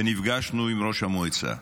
ונפגשנו עם ראש המועצה,